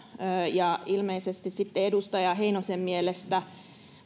ilmeisesti sitten edustaja heinosen mielestä